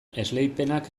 esleipenak